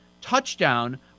touchdown